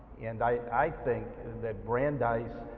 and i think that brandeis